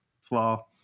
flaw